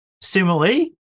similarly